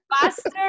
faster